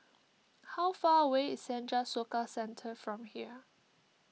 how far away is Senja Soka Centre from here